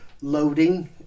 loading